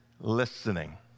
listening